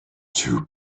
two